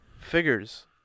figures